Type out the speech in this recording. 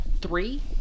three